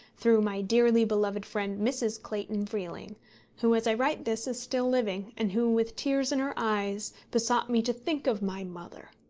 through my dearly beloved friend mrs. clayton freeling who, as i write this, is still living, and who, with tears in her eyes, besought me to think of my mother.